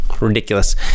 ridiculous